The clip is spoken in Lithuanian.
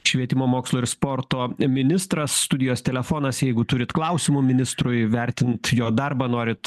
švietimo mokslo ir sporto ministras studijos telefonas jeigu turit klausimų ministrui vertint jo darbą norit